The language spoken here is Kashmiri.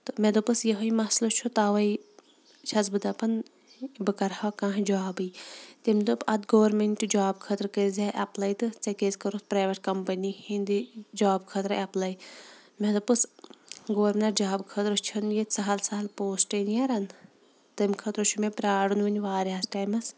تہٕ مےٚ دوٚپُس یِہوے مَسلہٕ چھُ تَواے چھَس بہٕ دَپان بہٕ کرٕ ہا کانہہ جابٕے تٔمۍ دوٚپ اَدٕ گورمینٹ جاب خٲطرٕ کٔرزِہا ایپلے تہٕ ژےٚ کیازِ کوٚرُتھ پریویٹ کَمپٔنی ہِندِ جاب خٲطرٕ ایپلے مےٚ دوٚپُس گورمینٹ جاب خٲطرٕ چھُ نہٕ ییٚیہِ سَہل سَہل پوسٹے نیران تَمہِ خٲطرٕ چھُ مےٚ پرارُن وُنہِ واریاہَس ٹایمَس